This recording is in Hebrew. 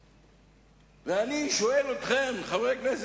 הזה, וכל הכללים